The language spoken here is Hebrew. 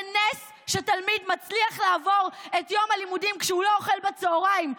זה נס שתלמיד מצליח לעבור את יום הלימודים כשהוא לא אוכל בצוהריים.